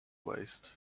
waste